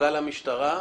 מפכ"ל המשטרה,